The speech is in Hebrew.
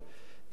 ולא יכול